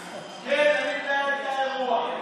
כן, אני מנהל את האירוע.